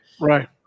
Right